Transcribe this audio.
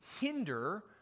hinder